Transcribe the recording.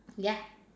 ya